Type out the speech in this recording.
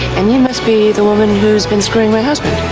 and you must be the woman who's been screwing my husband.